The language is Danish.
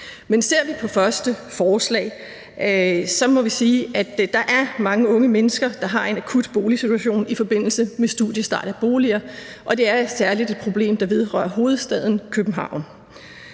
Men ser vi på det første forslag, må vi sige, at der er mange unge mennesker, der har en akut boligmangelsituation i forbindelse med studiestart, og det er særlig et problem, der vedrører hovedstaden, København,